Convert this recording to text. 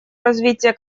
развития